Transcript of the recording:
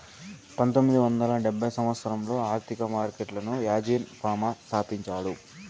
పంతొమ్మిది వందల డెబ్భై సంవచ్చరంలో ఆర్థిక మార్కెట్లను యాజీన్ ఫామా స్థాపించాడు